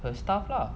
her stuff lah